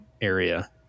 area